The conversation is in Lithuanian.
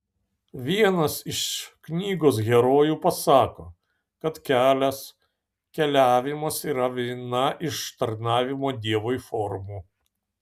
vienas iš knygos herojų pasako kad kelias keliavimas yra viena iš tarnavimo dievui formų